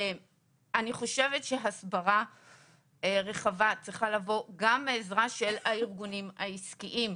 אני חושבת שהסברה רחבה צריכה לבוא גם מעזרה של הארגונים העסקיים.